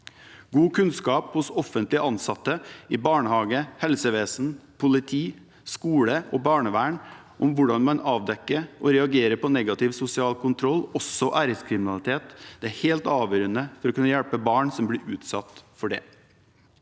God kunnskap hos offentlig ansatte i barnehage, helsevesen, politi, skole og barnevern om hvordan man avdekker og reagerer på negativ sosial kontroll og æreskriminalitet, er helt avgjørende for å kunne hjelpe barn som blir utsatt for det.